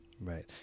Right